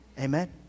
Amen